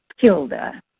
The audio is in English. Kilda